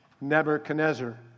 Nebuchadnezzar